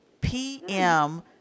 pm